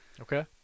Okay